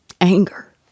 anger